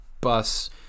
bus